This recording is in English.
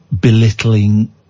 Belittling